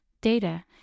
data